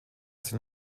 sind